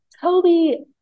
Toby